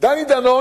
דני דנון,